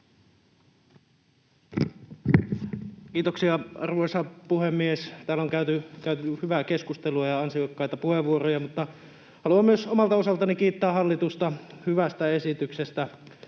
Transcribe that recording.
Kiitoksia, arvoisa puhemies! Täällä on käyty hyvää keskustelua ja käytetty ansiokkaita puheenvuoroja, mutta haluan myös omalta osaltani kiittää hallitusta hyvästä esityksestä